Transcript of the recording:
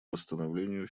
восстановлению